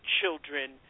children